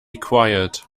quiet